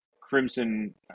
Crimson